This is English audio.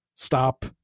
stop